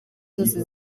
zose